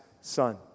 son